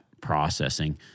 processing